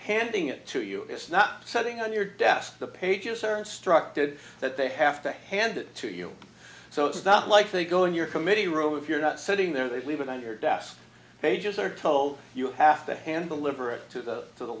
handing it to you it's not setting on your desk the pages are instructed that they have to hand it to you so it's not like they go in your committee room if you're not sitting there they leave it on your desk pages are told you have to hand the liberal to the to the